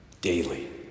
Daily